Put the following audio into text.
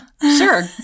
Sure